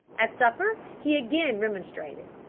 at supper he again remonstrated.